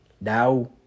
Now